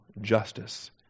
justice